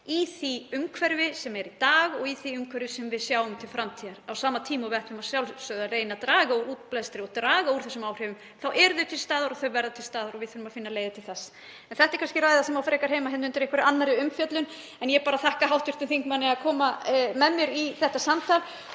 í því umhverfi sem er í dag og í því umhverfi sem við sjáum til framtíðar. Á sama tíma og við ættum að sjálfsögðu að reyna að draga úr útblæstri og draga úr óæskilegum áhrifum þá eru þau til staðar og þau verða til staðar og við þurfum að finna leiðir til að draga úr þeim. En það er kannski ræða sem á frekar heima undir einhverri annarri umfjöllun. Ég þakka hv. þingmanni fyrir að koma með mér í þetta samtal